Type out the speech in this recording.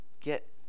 get